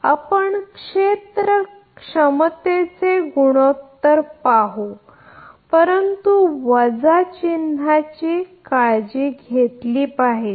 म्हणजेच आपण क्षेत्र क्षमतेचे गुणोत्तर पाहू परंतु वजा चिन्हाची काळजी घेतली पाहिजे